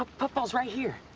ah puffball's right here.